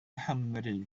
nghymru